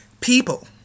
people